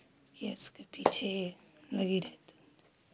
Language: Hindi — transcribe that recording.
के उसके पीछे लगी रहती